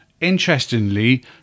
interestingly